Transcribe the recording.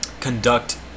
conduct